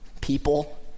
people